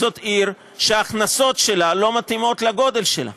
זאת עיר שההכנסות שלה לא מתאימות לגודל שלה.